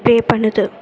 play பண்ணுது